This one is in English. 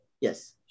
Yes